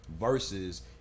versus